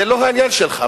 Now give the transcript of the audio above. זה לא העניין שלך.